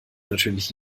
natürlich